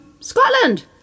Scotland